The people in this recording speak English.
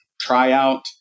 tryout